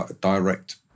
direct